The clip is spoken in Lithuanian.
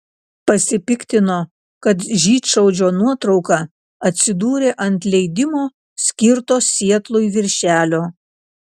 pasipiktino kad žydšaudžio nuotrauka atsidūrė ant leidimo skirto sietlui viršelio